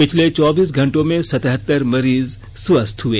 पिछले चौबीस घंटों में सतहत्तर मरीज स्वस्थ हुए